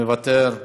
מוותר,